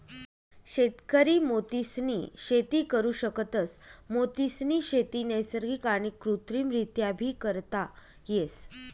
शेतकरी मोतीसनी शेती करु शकतस, मोतीसनी शेती नैसर्गिक आणि कृत्रिमरीत्याबी करता येस